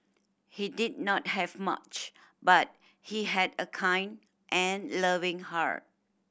he did not have much but he had a kind and loving heart